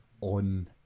on